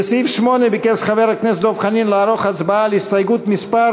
לסעיף 8 ביקש חבר הכנסת דב חנין לערוך הצבעה על הסתייגות מס'